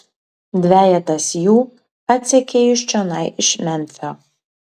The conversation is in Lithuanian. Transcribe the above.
dvejetas jų atsekė jus čionai iš memfio